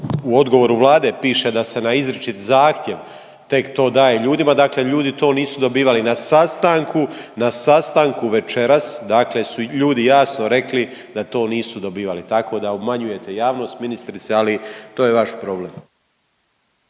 u odgovoru Vlade piše da se na izričit zahtjev tek to daje ljudima, dakle ljudi to nisu dobivali. Na sastanku, na sastanku večeras dakle su ljudi jasno rekli da to nisu dobivali. Tako da obmanjujete javnost ministrice, ali to je vaš problem.